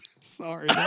Sorry